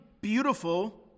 beautiful